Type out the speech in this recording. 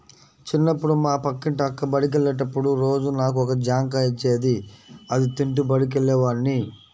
చిన్నప్పుడు మా పక్కింటి అక్క బడికెళ్ళేటప్పుడు రోజూ నాకు ఒక జాంకాయ ఇచ్చేది, అది తింటూ బడికెళ్ళేవాడ్ని